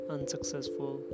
Unsuccessful